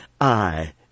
I